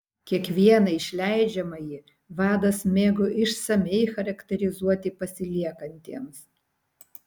kiekvieną išleidžiamąjį vadas mėgo išsamiai charakterizuoti pasiliekantiems